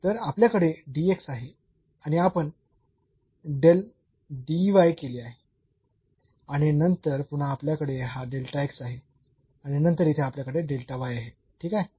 तर आपल्याकडे आहे आणि आपण del केले आहे आणि नंतर पुन्हा आपल्याकडे हा आहे आणि नंतर येथे आपल्याकडे आहे ठीक आहे